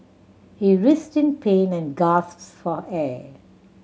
he writhed in pain and for air